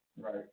Right